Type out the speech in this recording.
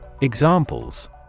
Examples